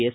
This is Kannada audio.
ಎಸ್